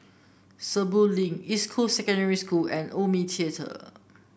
Sentul Link East Cool Secondary School and Omni Theatre